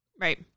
right